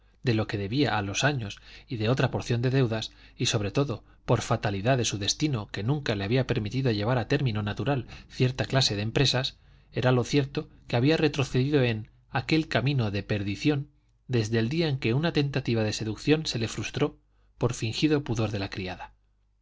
de lo que debía a sus años y de otra porción de deudas y sobre todo por fatalidad de su destino que nunca le había permitido llevar a término natural cierta clase de empresas era lo cierto que había retrocedido en aquel camino de perdición desde el día en que una tentativa de seducción se le frustó por fingido pudor de la criada